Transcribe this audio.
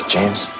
James